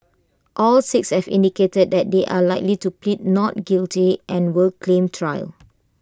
all six have indicated that they are likely to plead not guilty and will claim trial